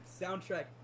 soundtrack